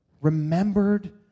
remembered